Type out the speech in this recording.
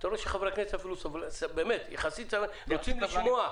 אתה רואה שחברי הכנסת רוצים לשמוע.